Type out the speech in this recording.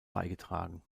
beigetragen